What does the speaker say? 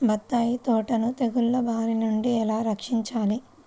బత్తాయి తోటను తెగులు బారి నుండి ఎలా రక్షించాలి?